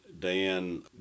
Dan